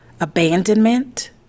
abandonment